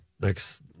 next